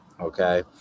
okay